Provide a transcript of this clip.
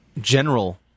general